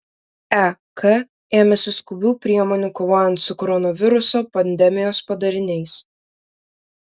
ek ėmėsi skubių priemonių kovojant su koronaviruso pandemijos padariniais